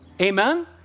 amen